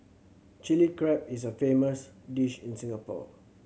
Chilli Crab is a famous dish in Singapore